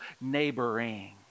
neighboring